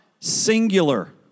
Singular